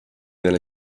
nende